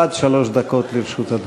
עד שלוש דקות לרשות אדוני.